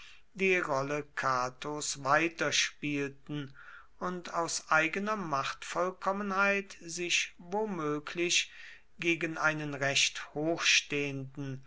die rolle catos weiterspielten und aus eigener machtvollkommenheit sich womöglich gegen einen recht hochstehenden